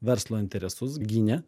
verslo interesus gynė